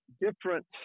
different